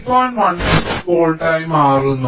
16 volt ആയി മാറുന്നു